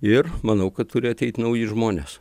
ir manau kad turi ateit nauji žmonės